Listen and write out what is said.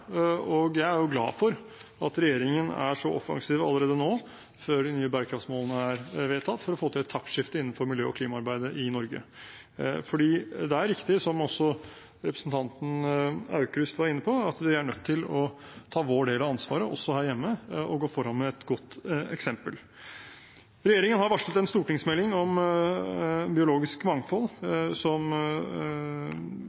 og jeg er glad for at regjeringen er så offensiv allerede nå, før de nye bærekraftmålene er vedtatt, for å få til et taktskifte innenfor miljø- og klimaarbeidet i Norge. Det er riktig, som også representanten Aukrust var inne på, at vi er nødt til å ta vår del av ansvaret, også her hjemme, og gå foran med et godt eksempel. Regjeringen har varslet en stortingsmelding om biologisk mangfold som